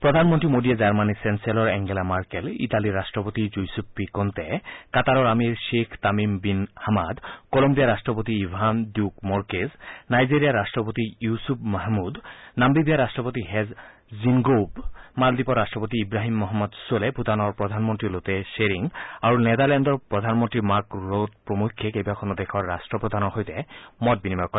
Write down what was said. প্ৰধানমন্ত্ৰী মোদীয়ে জাৰ্মনীৰ চেঞ্চেলৰ এংগেলা মাৰ্কেল ইটালীৰ ৰাট্টপতি জুইছীপ্পি কণ্টে কাটাৰৰ আমিৰ গ্ৰেখ তামিম বীন হামাদ কলোম্বিয়াৰ ৰাট্টপতি ইৱান দ্যুক মৰ্কেজ নাইজেৰিয়াৰ ৰাট্টপতি ইউছুফ মহমুদ নাম্বিবিয়াৰ ৰাট্টপতি হেজ জিনগৌব মালদ্বীপৰ ৰাট্ৰপতি ইৱাহিম মহন্মদ ছোলেহ ভূটানৰ প্ৰধানমন্ত্ৰী লটে ধ্বেৰিন আৰু নেডাৰলেণ্ডৰ প্ৰধানমন্ত্ৰী মাৰ্ক ৰড প্ৰমুখ্যে কেইবাখনো দেশৰ ৰট্টপ্ৰধানৰ সৈতে মত বিনিময় কৰে